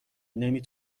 نمی